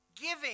giving